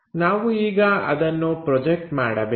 ನಾವು ಈಗ ಅದನ್ನು ಪ್ರೊಜೆಕ್ಟ್ ಮಾಡಬೇಕು